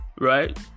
right